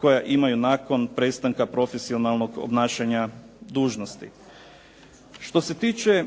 koja imaju nakon prestanka profesionalnog obnašanja dužnosti. Što se tiče